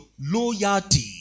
loyalty